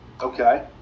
okay